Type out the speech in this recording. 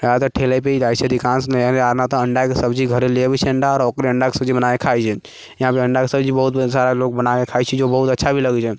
जादातर ठेलेपर ही जाइ छै अधिकांशमे नहि तऽ अण्डा के सब्जी घरे ले अबै छै अण्डा आओर ओकरे अण्डाके सब्जी बनाके खाइ छै इहाँपर अण्डाके सब्जी बहुत सारा लोग बनाके खाइ छै जो बहुत अच्छा भी लगै छै